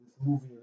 movie